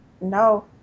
No